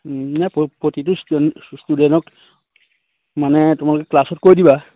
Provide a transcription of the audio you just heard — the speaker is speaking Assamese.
নাই প্ৰতিটো ষ্টুডেণ্টক মানে তোমালোকে ক্লাছত কৈ দিবা